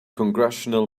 congressional